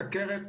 סוכרת,